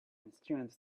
instruments